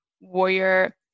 Warrior